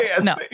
no